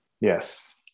Yes